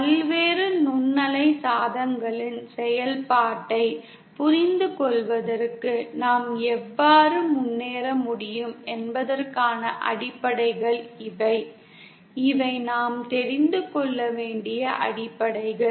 பல்வேறு நுண்ணலை சாதனங்களின் செயல்பாட்டைப் புரிந்துகொள்வதற்கு நாம் எவ்வாறு முன்னேற முடியும் என்பதற்கான அடிப்படைகள் இவை இவை நாம் தெரிந்து கொள்ள வேண்டிய அடிப்படைகள்